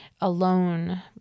alone